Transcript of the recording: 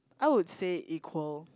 I would say equal